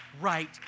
right